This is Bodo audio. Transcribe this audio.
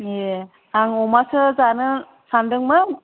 ए आं अमासो जानो सानदों मोन